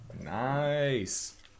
Nice